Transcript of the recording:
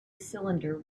cylinder